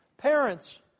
Parents